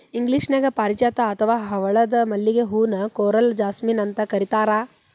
ಇಂಗ್ಲೇಷನ್ಯಾಗ ಪಾರಿಜಾತ ಅತ್ವಾ ಹವಳದ ಮಲ್ಲಿಗೆ ಹೂ ನ ಕೋರಲ್ ಜಾಸ್ಮಿನ್ ಅಂತ ಕರೇತಾರ